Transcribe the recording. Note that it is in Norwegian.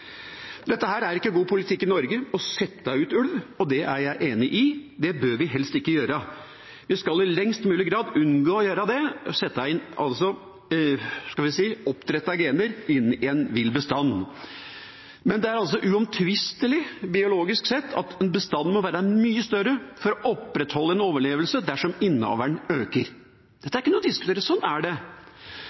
er ikke god politikk i Norge å sette ut ulv, og det er jeg enig i – det bør vi helst ikke gjøre. Vi skal i størst mulig grad unngå å sette oppdrettede gener inn i en vill bestand. Men det er altså uomtvistelig, biologisk sett, at en bestand må være mye større for å opprettholde overlevelse dersom innavlen øker. Dette er ikke noe å diskutere. Sånn er det.